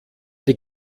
die